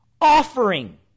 offering